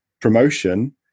promotion